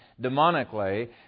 demonically